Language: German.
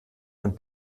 und